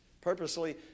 purposely